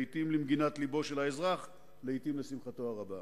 לעתים למגינת לבו של האזרח ולעתים לשמחתו הרבה.